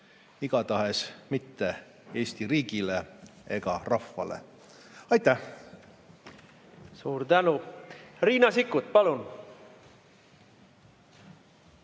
Igatahes mitte Eesti riigile ega rahvale. Aitäh! Suur tänu! Riina Sikkut, palun!